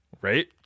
Right